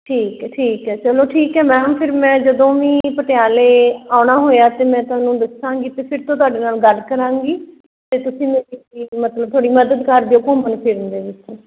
ਠੀਕ ਹੈ ਠੀਕ ਹੈ ਚਲੋ ਠੀਕ ਹੈ ਮੈਮ ਫਿਰ ਮੈਂ ਜਦੋਂ ਵੀ ਪਟਿਆਲੇ ਆਉਣਾ ਹੋਇਆ ਤਾਂ ਮੈਂ ਤੁਹਾਨੂੰ ਦੱਸਾਂਗੀ ਅਤੇ ਫਿਰ ਤੋਂ ਤੁਹਾਡੇ ਨਾਲ ਗੱਲ ਕਰਾਂਗੀ ਅਤੇ ਤੁਸੀਂ ਮੇਰੀ ਮਤਲਬ ਥੋੜ੍ਹੀ ਮਦਦ ਕਰ ਦਿਓ ਘੁੰਮਣ ਫਿਰਨ ਦੇ ਵਿੱਚ